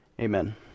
amen